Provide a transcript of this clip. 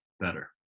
better